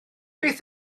beth